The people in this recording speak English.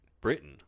Britain